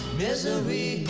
misery